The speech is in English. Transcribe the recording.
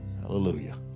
Hallelujah